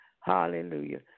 Hallelujah